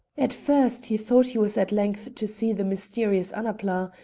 at first he thought he was at length to see the mysterious annapla,